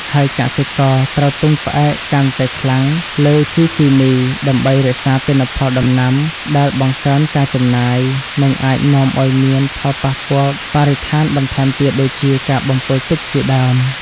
ហើយកសិករត្រូវពឹងផ្អែកកាន់តែខ្លាំងលើ ជីគីមី ដើម្បីរក្សាទិន្នផលដំណាំ ដែលបង្កើនការចំណាយ និងអាចនាំឱ្យមានផលប៉ះពាល់បរិស្ថានបន្ថែមទៀតដូចជាការបំពុលទឹកជាដើម។